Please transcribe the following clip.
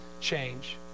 change